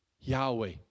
Yahweh